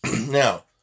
Now